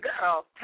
girl